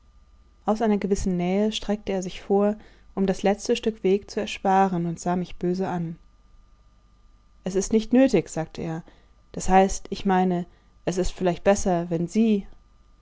aus einer gewissen nähe streckte er sich vor um das letzte stück weg zu ersparen und sah mich böse an es ist nicht nötig sagte er das heißt ich meine es ist vielleicht besser wenn sie